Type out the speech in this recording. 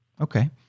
Okay